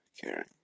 caring